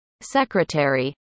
Secretary